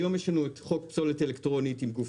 היום יש חוק פסולת אלקטרונית עם גוף